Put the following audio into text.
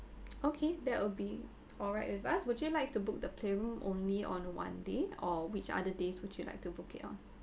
okay that will be alright with us would you like to book the playroom only on one day or which are the days would you like to book it on